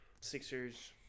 Sixers